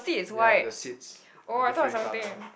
ya the seats are different in colour